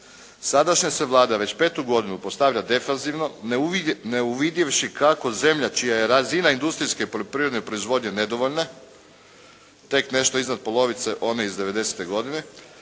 Sadašnja se Vlada već petu godinu postavlja defanzivno ne uvidjevši kako zemlja čija je razina industrijske poljoprivredne proizvodnje nedovoljna, tek nešto iznad polovice one iz devedesete